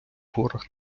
горах